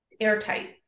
airtight